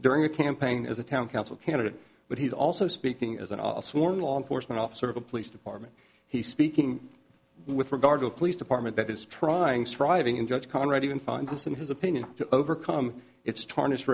during a campaign as a town council candidate but he's also speaking as an i'll sworn law enforcement officer of a police department he's speaking with regard to a police department that is trying striving and judge conrad even finds this in his opinion to overcome its tarnished